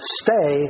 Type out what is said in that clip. stay